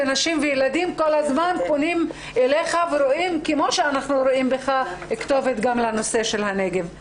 נשים וילדים כל הזמן פונים אליך וכמונו רואים בך כתובת לנושא של הנגב.